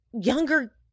younger